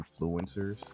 influencers